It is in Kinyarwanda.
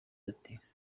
ati